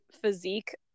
physique